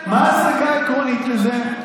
מה הסיבה העקרונית לזה?